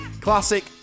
classic